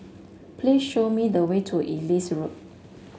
please show me the way to Ellis Road